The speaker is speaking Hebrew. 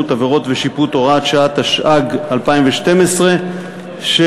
(עבירות ושיפוט) (הוראת שעה) (איסור הוצאה מישראל של כספי מסתנן,